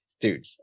dude